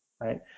right